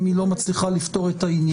אם היא לא מצליחה לפתור את העניין.